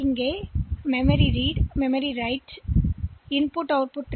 இந்த கிளாக் சைக்கிள்நாங்கள் பெற்றுள்ளோம் இது மிசின் சைக்கிள்என்று அழைக்கப்படுகிறது